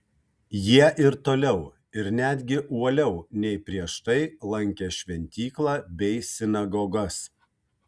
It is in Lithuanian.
jie ir toliau ir netgi uoliau nei prieš tai lankė šventyklą bei sinagogas